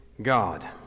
God